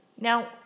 Now